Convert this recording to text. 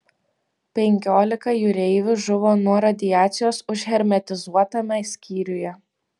penkiolika jūreivių žuvo nuo radiacijos užhermetizuotame skyriuje